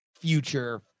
future